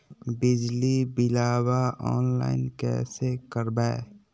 बिजली बिलाबा ऑनलाइन कैसे करबै?